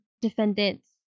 defendant's